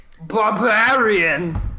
Barbarian